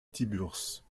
tiburce